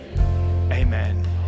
amen